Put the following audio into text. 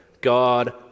God